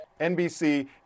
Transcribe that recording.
NBC